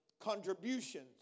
contributions